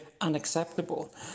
unacceptable